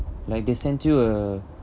like they sent you uh